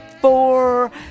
four